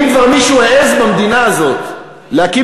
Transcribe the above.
אם כבר מישהו העז במדינה הזאת להקים